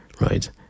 Right